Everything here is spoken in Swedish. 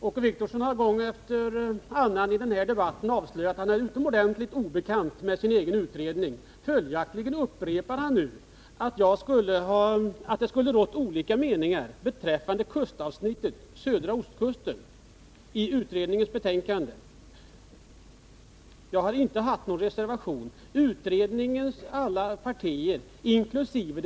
Herr talman! Åke Wictorsson har i den här debatten gång efter annan avslöjat att han är utomordentligt obekant med sin egen utredning. Följaktligen upprepar han nu att det skulle ha rått olika meningar beträffande avsnittet om södra ostkusten i utredningens betänkande. Men jag har inte reserverat mig. Utredningens olika partirepresentanter inkl.